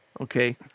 okay